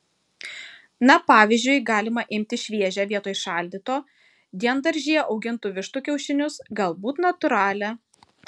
na pavyzdžiui galima imti šviežią vietoj šaldyto diendaržyje augintų vištų kiaušinius galbūt natūralią